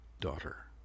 daughter